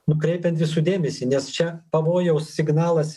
nukreipiant visų dėmesį nes čia pavojaus signalas